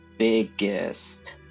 Biggest